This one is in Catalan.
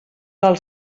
del